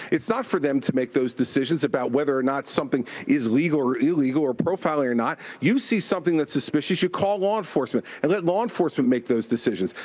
it's not for them to make those decisions about whether or not something is legal or illegal, or profiling or not. you see something that's suspicious, you call law enforcement and let law enforcement make those decisions.